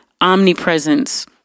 omnipresence